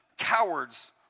cowards